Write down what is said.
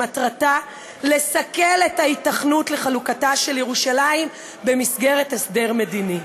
שמטרתה לסכל את ההיתכנות של חלוקת ירושלים במסגרת הסדר מדיני.